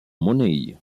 money